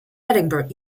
edinburgh